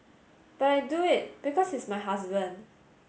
but I do it because he's my husband